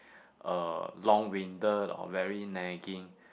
uh long winded or very nagging